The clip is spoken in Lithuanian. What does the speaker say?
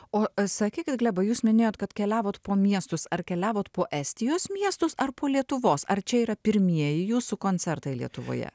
o sakykit glebai jūs minėjot kad keliavot po miestus ar keliavot po estijos miestus ar po lietuvos ar čia yra pirmieji jūsų koncertai lietuvoje